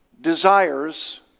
desires